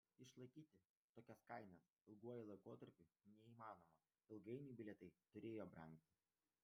išlaikyti tokias kainas ilguoju laikotarpiu neįmanoma ilgainiui bilietai turėjo brangti